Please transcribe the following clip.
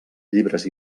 llibres